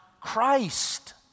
Christ